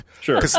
Sure